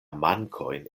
mankojn